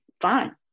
fine